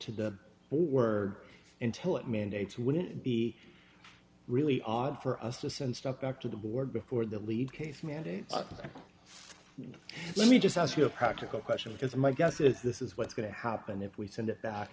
to the word intel it mandates wouldn't be really odd for us to send stuff back to the board before the lead case mandate and let me just ask you a practical question because my guess is this is what's going to happen if we send it back